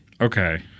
Okay